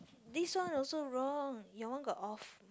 this one also wrong your one got off